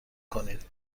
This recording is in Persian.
کنید